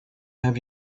have